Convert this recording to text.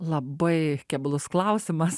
labai keblus klausimas